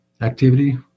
activity